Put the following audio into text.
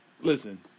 Listen